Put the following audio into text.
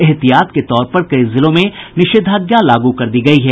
एहतियात के तौर पर कई जिलों में निषेधाज्ञा लागू कर दी गयी है